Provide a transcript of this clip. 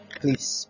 please